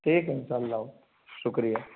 ٹھیک ہے ان شاء اللہ شکریہ